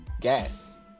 Gas